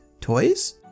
Toys